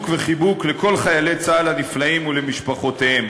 וחיבוק לכל חיילי צה"ל הנפלאים ולמשפחותיהם,